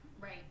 Right